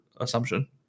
assumption